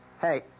Hey